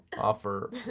offer